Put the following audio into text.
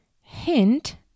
Hint